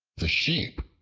the sheep,